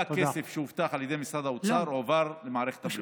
כל הכסף שהובטח על ידי משרד האוצר הועבר למערכת הבריאות.